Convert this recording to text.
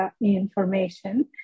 information